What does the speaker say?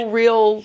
real